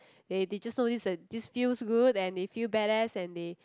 they they just do this and this feels good and they feel badass and they